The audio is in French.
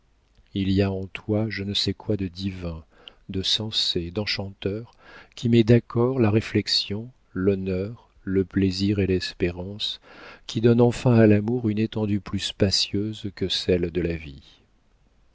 il y a en toi je ne sais quoi de divin de sensé d'enchanteur qui met d'accord la réflexion l'honneur le plaisir et l'espérance qui donne enfin à l'amour une étendue plus spacieuse que celle de la vie